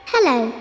Hello